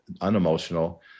unemotional